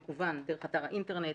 דרך אתר האינטרנט,